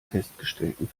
festgestellten